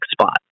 spot